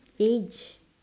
age